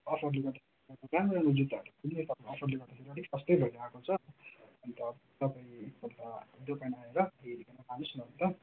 अफरले गर्दाखेरि अब राम्रो राम्रो जुत्ताहरू अफरले गर्दाखेरि अलिक सस्तै भएर आएको छ अन्त तपाईँ एकपल्ट दोकान आएर हेरिकिन लानुहोस् न अन्त